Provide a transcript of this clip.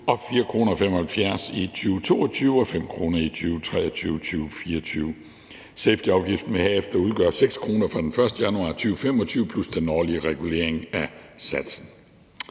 4,75 kr. i 2022 og 5 kr. i 2023 og 2024. Safetyafgiften vil herefter udgøre 6 kr. fra den 1. januar 2025, plus den årlige regulering af satsen.